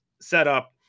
setup